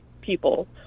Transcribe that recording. people